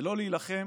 ולא להילחם